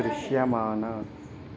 దృశ్యమాన